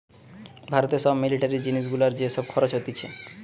ভারতে সব মিলিটারি জিনিস গুলার যে সব খরচ হতিছে